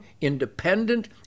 independent